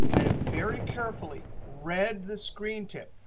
i have very carefully read the screen tip.